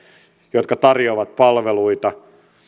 jotka tarjoavat palveluita